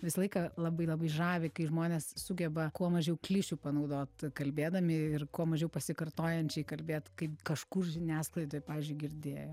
visą laiką labai labai žavi kai žmonės sugeba kuo mažiau klišių panaudot kalbėdami ir kuo mažiau pasikartojančiai kalbėti kaip kažkur žiniasklaidoj pavyzdžiui girdi